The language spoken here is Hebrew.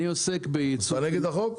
אתה נגד החוק?